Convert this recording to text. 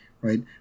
right